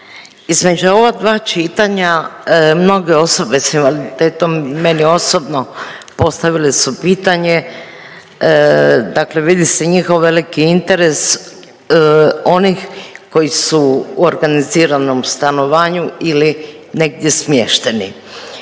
između ova dva čitanja mnoge osobe s invaliditetom meni osobno postavili su pitanje, dakle vidi se njihov veliki interes, onih koji su u organiziranom stanovanju ili negdje smješteni.